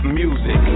music